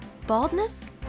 Baldness